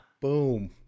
Boom